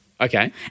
Okay